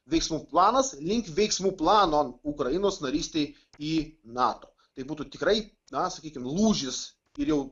veiksmų planas link veiksmų plano ukrainos narystei į nato tai būtų tikrai na sakykim lūžis ir jau